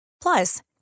Plus